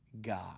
God